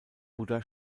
buddha